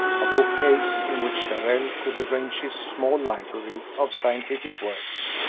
a bookcase in which darrell could arrange his small library of scientific works,